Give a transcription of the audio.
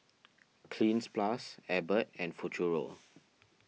Cleanz Plus Abbott and Futuro